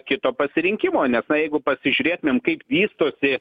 kito pasirinkimo nes na jeigu pasižiūrėtumėm kaip vystosi